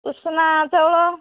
ଉଷୁନା ଚାଉଳ